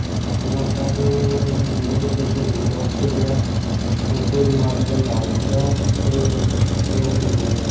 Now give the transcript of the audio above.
ਫਤਿਹਗੜ੍ਹ ਸਾਹਿਬ ਜ਼ਿਲ੍ਹੇ ਦੇ ਵਿੱਚ ਸਿਵਲ ਹੋਸਪਿਟਲ ਹੈ ਉੱਥੇ ਬਿਮਾਰੀਆਂ ਦਾ ਇਲਾਜ ਹੁੰਦਾ ਅਤੇ ਲੋਕ ਠੀਕ ਹੋ ਜਾਂਦੇ